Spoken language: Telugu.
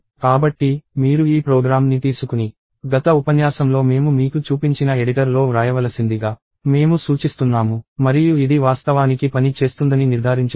కాబట్టి మీరు ఈ ప్రోగ్రామ్ని తీసుకుని గత ఉపన్యాసంలో మేము మీకు చూపించిన ఎడిటర్ లో వ్రాయవలసిందిగా మేము సూచిస్తున్నాను మరియు ఇది వాస్తవానికి పని చేస్తుందని నిర్ధారించుకోండి